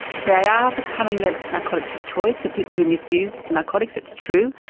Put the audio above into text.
they are becoming the narcotics of choice so people who misuse narcotics it's true.